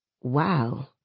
Wow